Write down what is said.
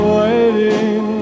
waiting